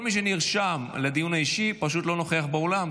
כל מי שנרשם לדיון האישי פשוט לא נוכח באולם,